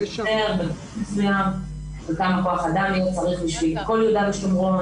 הסדר וכמה כוח אדם יהיה צריך בשביל כל יהודה ושומרון,